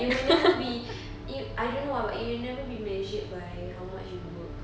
it will never be it I don't know ah but it will never be measured by how much you work